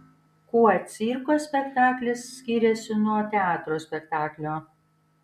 kuo cirko spektaklis skiriasi nuo teatro spektaklio